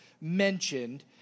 mentioned